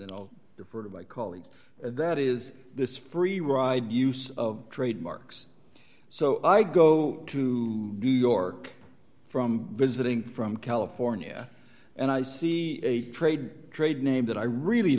and that is this free ride use of trademarks so i go to new york from visiting from california and i see a trade trade name that i really